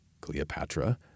Cleopatra